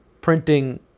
printing